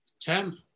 Ten